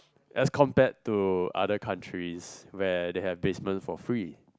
as compared to other countries where they have basement for free